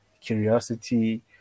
curiosity